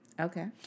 Okay